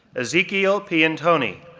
ezequiel piantoni,